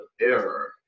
error